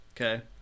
Okay